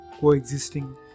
coexisting